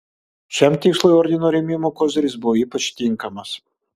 šiam tikslui ordino rėmimo koziris buvo ypač tinkamas